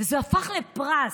זה הפך לפרס.